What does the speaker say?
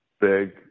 big